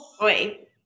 Wait